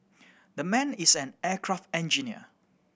the man is an aircraft engineer